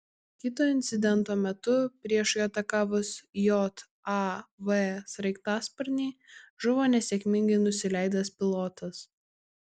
kito incidento metu priešui atakavus jav sraigtasparnį žuvo nesėkmingai nusileidęs pilotas